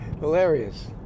Hilarious